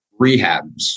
rehabs